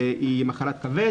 היא מחלת כבד,